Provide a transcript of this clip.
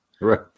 Right